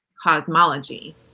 cosmology